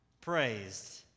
praised